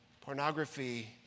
Pornography